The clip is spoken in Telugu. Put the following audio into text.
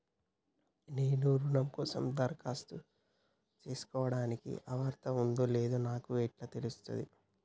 నేను రుణం కోసం దరఖాస్తు చేసుకోవడానికి అర్హత ఉందో లేదో నాకు ఎట్లా తెలుస్తది?